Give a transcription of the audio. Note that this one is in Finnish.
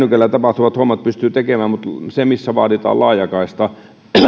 normaalit kännykällä tapahtuvat hommat pystyy tekemään mutta se missä vaaditaan laajakaistaa